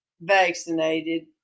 vaccinated